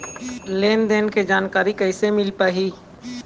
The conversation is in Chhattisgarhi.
लेन देन के जानकारी कैसे मिल पाही?